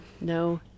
No